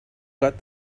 got